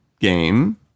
Game